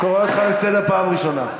קורא אותך לסדר בפעם הראשונה.